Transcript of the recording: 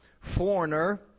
Foreigner